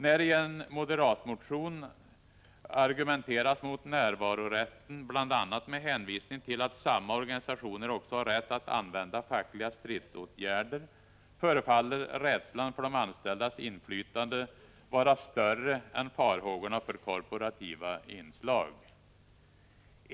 När det i en moderatmotion argumenteras mot närvarorätten bl.a. med hänvisning till att samma organisationer också har rätt att använda fackliga stridsåtgärder, förefaller rädslan för de anställdas inflytande vara större än farhågorna för korporativa inslag.